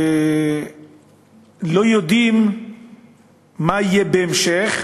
לא יודעים מה יהיה בהמשך,